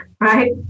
right